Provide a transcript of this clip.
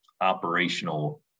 operational